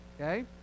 okay